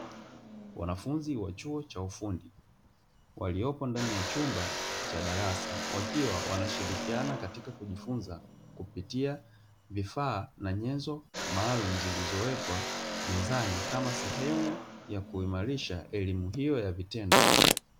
Wanafunzi wa chuo cha ufundi waliopo ndani ya chumba cha darasa, wakiwa wanashirikiana katika kujifunza kupitia vifaa na nyenzo maalumu, zilizowekwa mezani kama sehemu ya kuimarisha elimu hiyo ya vitendo.